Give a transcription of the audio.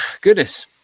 Goodness